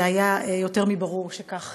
זה היה יותר מברור שכך